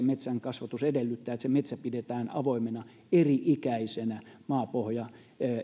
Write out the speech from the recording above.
metsänkasvatus edellyttää että se metsä pidetään avoimena eri ikäisenä maapohja